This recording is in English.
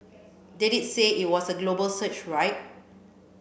they did say it was a global search right